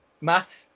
Matt